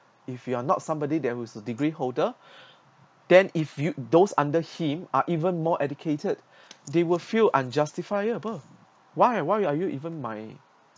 if you're not somebody there was a degree holder then if you those under him are even more educated they will feel unjustifiable why why are you even my